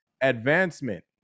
advancement